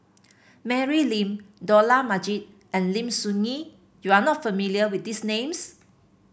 Mary Lim Dollah Majid and Lim Soo Ngee you are not familiar with these names